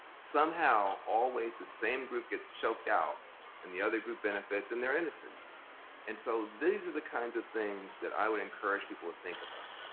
somehow, always the same group gets choked out and the other group benefits and they're innocent and so these are the kinds of things that i would encourage people to think about,